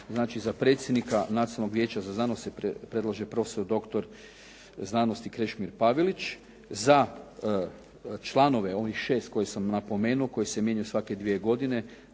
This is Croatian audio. za predsjednika Nacionalnog vijeća za znanost se predlaže prof.dr. znanosti Krešimir Pavelić, za članove ovih 6 koje sam napomenuo koji se mijenjaju svake dvije godine,